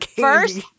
First